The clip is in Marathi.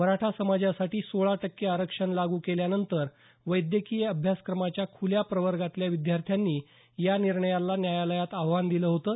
मराठा समाजासाठी सोळा टक्के आरक्षण लागू केल्यानंतर वैद्यकीय अभ्यासक्रमाच्या खुल्या प्रवर्गातल्या विद्यार्थ्यांनीया निर्णयाला न्यायालयात आव्हान दिलं होतं